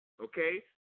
Okay